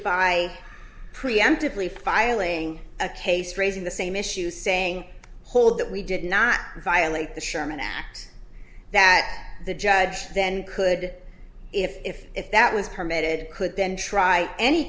by preemptively filing a case raising the same issue saying hold that we did not violate the sherman act that the judge then could if if if that was permitted could then try any